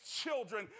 children